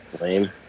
Lame